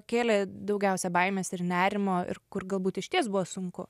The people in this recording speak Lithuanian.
kėlė daugiausia baimės ir nerimo ir kur galbūt išties buvo sunku